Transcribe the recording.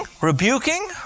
rebuking